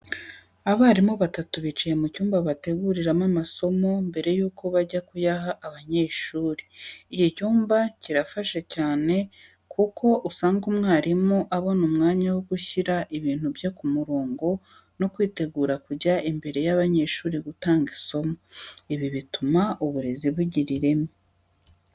Abarimu batatu bicaye mu cyumba bateguriramo amasomo mbere y'uko bajya kuyaha abanyeshuri. Iki cyumba kirafasha cyane kuko usanga umwarimu abona umwanya wo gushyira ibintu bye ku murongo no kwitegura kujya imbere y'abanyeshuri gutanga isomo. Ibi bituma uburezi bugira ireme.